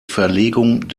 verlegung